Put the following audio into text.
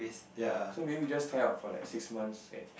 ya so maybe you just try out for like six months eh